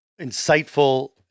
insightful